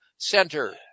center